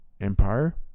Empire